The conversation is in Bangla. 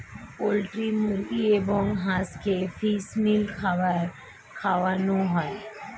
পোল্ট্রি মুরগি এবং হাঁসকে ফিশ মিল খাবার খাওয়ানো হয়